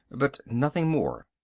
but nothing more.